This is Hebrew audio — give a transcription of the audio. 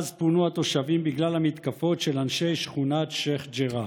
ואז פונו התושבים בגלל המתקפות של אנשי שכונת שייח' ג'ראח.